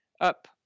up